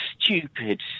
stupid